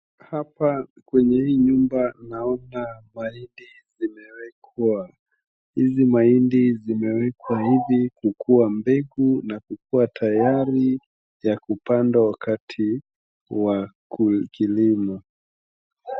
Hapa kwenye hii nyumba naona mahindi zimewekwa. Hizi mahindi zimewekwa hivi kukuwa mbegu na kukuwa tayari ya kupandwa wakati wa kilimo